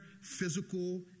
physical